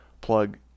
plug